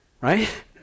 Right